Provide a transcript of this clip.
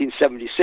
1976